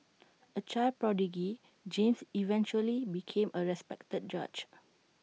A child prodigy James eventually became A respected judge